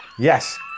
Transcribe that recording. yes